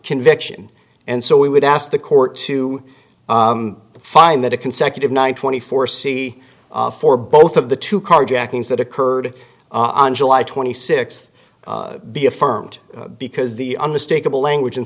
conviction and so we would ask the court to find that a consecutive nine twenty four c four both of the two carjackings that occurred on july twenty sixth be affirmed because the unmistakable language in